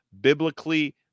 biblically